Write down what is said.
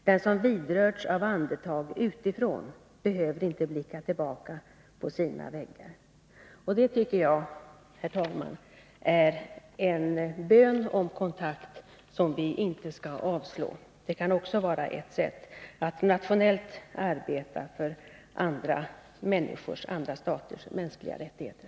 Den som vidrörts av andetag utifrån behöver inte blicka tillbaka på sina väggar.” Det tycker jag, herr talman, är en bön om kontakt som vi inte skall avslå. Detta kan också vara ett sätt att nationellt arbeta för andra staters mänskliga rättigheter.